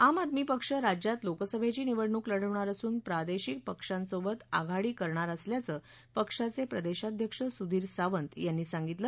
आम आदमी पक्ष राज्यात लोकसभेची निवडणूक लढवणार असून प्रादेशिक पक्षांसोबत आघाडी करणार असल्याचं पक्षाचे प्रदेशाध्यक्ष सुधीर सावंत यांनी सांगितलं